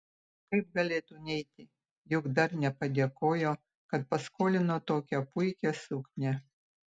kaip galėtų neiti juk dar nepadėkojo kad paskolino tokią puikią suknią